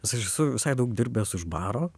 nes aš esu visai daug dirbęs už baro